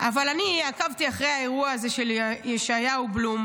אבל אני עקבתי אחר האירוע הזה של יאשיהו בלום.